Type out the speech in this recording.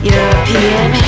European